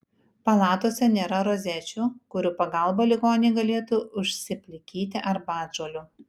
palatose nėra rozečių kurių pagalba ligoniai galėtų užsiplikyti arbatžolių